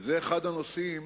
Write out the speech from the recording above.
זה אחד הנושאים,